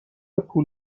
پول